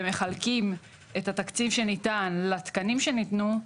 ומחלקים את התקציב שניתן לתקנים שניתנו,